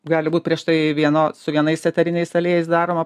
gali būti prieš tai vieno su vienais eteriniais aliejais daroma